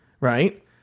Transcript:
right